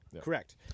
Correct